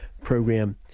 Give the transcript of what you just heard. program